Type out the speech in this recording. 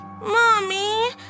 mommy